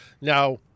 Now